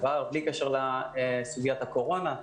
בלי קשר לסוגיית הקורונה.